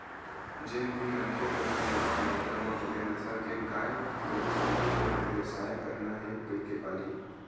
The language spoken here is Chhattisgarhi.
जेन भी मनखे मन ह जादा मातरा म बने नसल के गाय गरु पालही ओ ह बेवसायच करना हे कहिके पालही